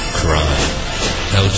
crime